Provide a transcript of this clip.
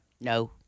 No